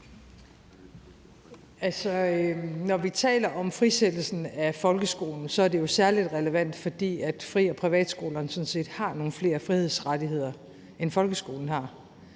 Når vi taler om frisættelsen af folkeskolen, er det jo særlig relevant, fordi fri- og privatskolerne sådan set har nogle flere frihedsrettigheder, end folkeskolen har.